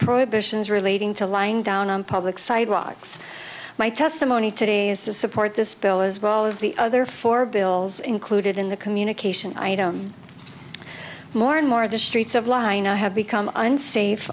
prohibitions relating to lying down on public sidewalks my testimony today is to support this bill as well as the other four bills included in the communication more and more of the streets of lying i have become unsafe